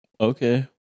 Okay